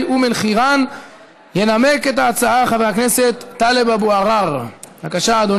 לפרוטוקול, גם חבר הכנסת מיקי רוזנטל מבקש להצטרף.